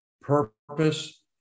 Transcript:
purpose